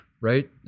Right